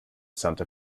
santa